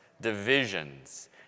divisions